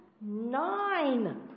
Nine